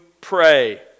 pray